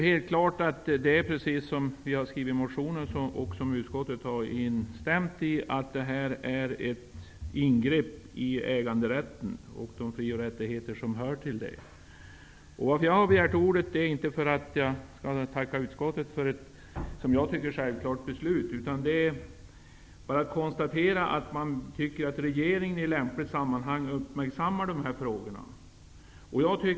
Det är precis som vi har skrivit i motionen -- utskottet har också instämt i det: Lagbestämmelserna innebär ett ingrepp i äganderätten och i de fri och rättigheter som hör samman med den. Jag har begärt ordet, inte för att tacka utskottet för ett som jag tycker självklart ställningstagande, utan för att konstatera att utskottet tycker att regeringen i lämpligt sammanhang skall uppmärksamma de här frågorna.